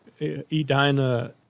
Edina